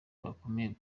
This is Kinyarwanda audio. bakomeye